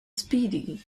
speedy